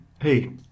Hey